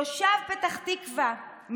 תושב פתח תקווה,